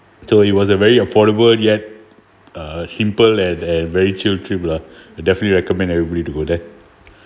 so it was a very affordable yet uh simple and and very chilled trip lah I definitely recommend everybody to go there